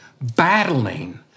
battling